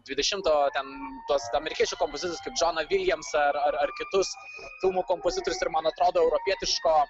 dvidešimto ten tuos amerikiečių kompozitorius kaip džoną viljamsą ar ar ar kitus filmų kompozitorius ir man atrodo europietiško